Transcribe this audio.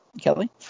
Kelly